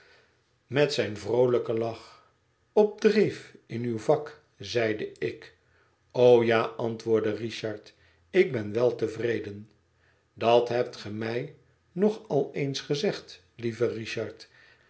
met zijn vroolijken lach op dreef in uw vak zeide ik o ja antwoordde richard ik ben wel tevreden dat hebt ge mij nog al eens gezegd lieve